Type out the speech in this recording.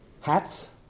hats